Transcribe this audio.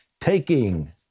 Taking